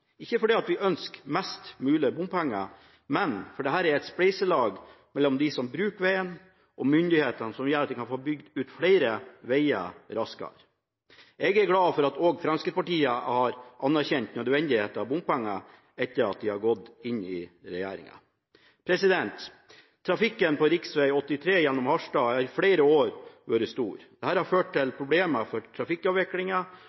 ikke fordi vi ønsker mest mulig bompenger, for det er et spleiselag mellom dem som bruker vegen, og myndighetene, som gjør at vi kan få bygd ut flere veger raskere. Jeg er glad for at også Fremskrittspartiet har anerkjent nødvendigheten av bompenger etter at de har gått inn i regjering. Trafikken på rv. 83 gjennom Harstad har i flere år vært stor. Dette har ført til